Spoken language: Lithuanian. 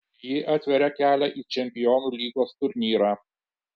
ji atveria kelią į čempionų lygos turnyrą